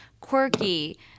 quirky